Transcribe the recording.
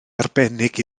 arbennig